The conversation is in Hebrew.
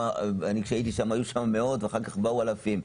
היו שם מאות ואחר כך באו אלפים.